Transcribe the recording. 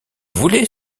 voulait